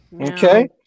Okay